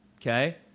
okay